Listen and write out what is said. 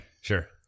Sure